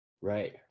right